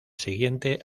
siguiente